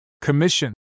COMMISSION